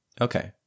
Okay